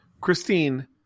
Christine